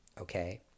okay